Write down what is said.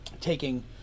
taking